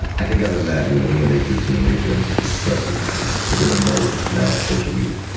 i think other than that, you know, human nature is human nature and is just expressed and and through different modes. and now it's social media.